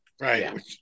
Right